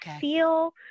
feel